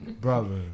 brother